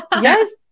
Yes